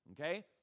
Okay